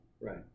right